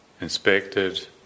inspected